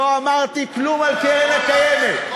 רבותי, המציעה מסכימה להתניות הממשלה,